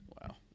Wow